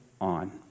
on